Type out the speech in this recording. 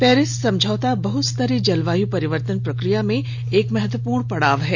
Paris समझौता बहुस्तरीय जलवायु परिवर्तन प्रक्रिया में एक महत्वपूर्ण पड़ाव है